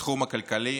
בתחום הכלכלי.